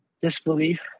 disbelief